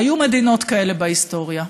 היו מדינות כאלה בהיסטוריה,